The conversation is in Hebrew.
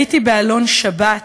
ראיתי בעלון שבת,